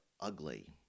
ugly